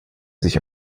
sich